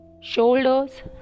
shoulders